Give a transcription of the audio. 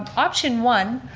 um option one